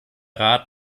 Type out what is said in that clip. rat